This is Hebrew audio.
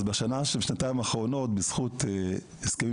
אז בשנה-שנתיים האחרונות בזכות הסכמים